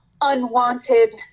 unwanted